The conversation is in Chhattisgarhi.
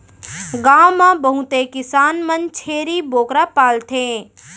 गॉव म बहुते किसान मन छेरी बोकरा पालथें